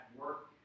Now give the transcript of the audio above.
work